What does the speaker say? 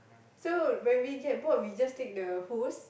so when we get bored we just take the hose